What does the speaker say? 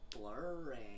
blurring